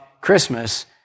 Christmas